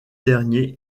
derniers